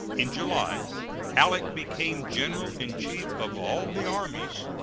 in july halleck became general in chief of all the armies,